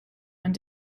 and